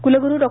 कुलगुरू डॉ